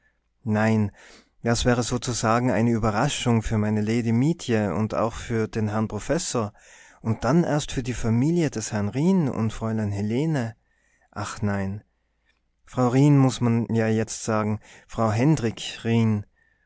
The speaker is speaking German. nein das wäre sozusagen eine überraschung für meine lady mietje und auch für den herrn professor und dann erst für die familie des herrn rijn und fräulein helene ach nein frau rijn muß man ja jetzt sagen frau hendrik rijn